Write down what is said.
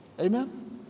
Amen